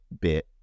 Bit